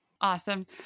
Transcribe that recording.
Awesome